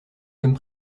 comme